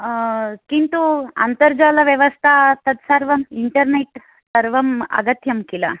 किन्तु अन्तर्जालव्यवस्था तत् सर्वम् इण्टर्नेट् सर्वं अगत्यं खिल